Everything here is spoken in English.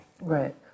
Right